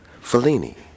Fellini